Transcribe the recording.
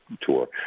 tour